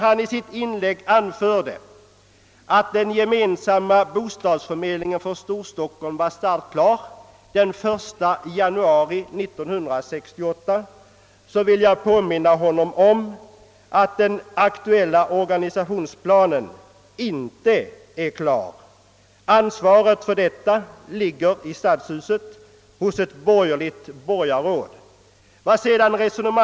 Han sade att den gemensamma bostadsförmedlingen för Storstockholm var startklar den 1 januari 1968. Jag vill påminna honom om att den aktuella organisationsplanen inte är klar; ansvaret härför vilar på ett borgerligt borgarråd i Stadshuset.